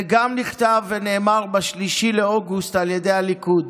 זה גם נכתב ונאמר ב-3 באוגוסט על ידי הליכוד.